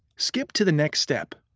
skip to the next step.